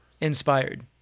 inspired